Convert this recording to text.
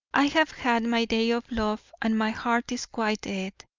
i have had my day of love and my heart is quite dead.